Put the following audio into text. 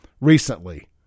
recently